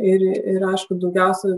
ir ir aišku daugiausiai